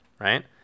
right